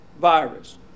virus